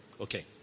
Okay